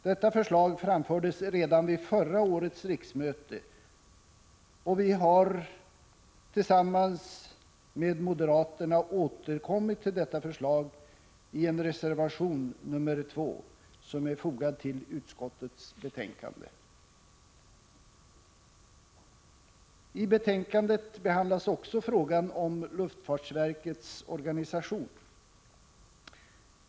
Detta förslag framfördes redan vid förra riksmötet, och vi har tillsammans med moderaterna återkommit till det i reservation nr 2, som är fogad till utskottets betänkande. I betänkandet behandlas också frågan om luftfartsverkets organisation.